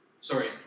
Sorry